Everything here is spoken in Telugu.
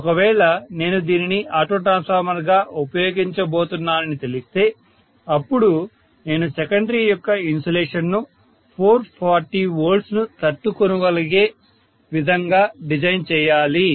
ఒకవేళ నేను దీనిని ఆటో ట్రాన్స్ఫార్మర్గా ఉపయోగించబోతున్నానని తెలిస్తే అప్పుడు నేను సెకండరీ యొక్క ఇన్సులేషన్ను 440 V ను తట్టుకోగలిగే విధంగా డిజైన్ చేయాలి